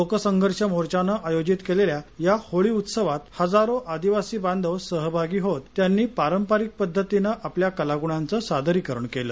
लोकसंघर्ष मोर्चाने आयोजीत केलेल्या या होळी उत्सवात हजारो आदिवासी बांधव सहभागी होत त्यांनी पारंपारीक पद्धतीनं आपल्या कला गुणांच सादरीकरण केलं